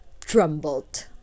trembled